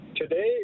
today